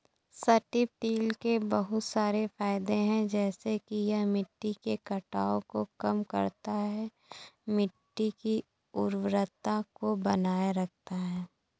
strip till के बहुत सारे फायदे हैं जैसे कि यह मिट्टी के कटाव को कम करता है, मिट्टी की उर्वरता को बनाए रखता है